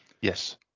Yes